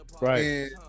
right